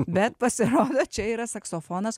bet pasirodo čia yra saksofonas